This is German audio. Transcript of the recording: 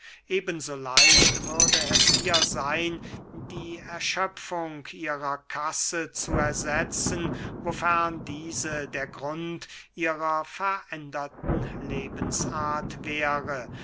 so leicht würde es ihr seyn die erschöpfung ihrer kasse zu ersetzen wofern diese der grund ihrer veränderten lebensart wäre